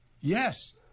Yes